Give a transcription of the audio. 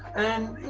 and,